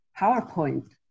PowerPoint